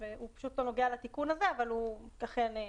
הוא פשוט לא נוגע לעניין הזה, אבל הוא אכן קרוב.